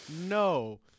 no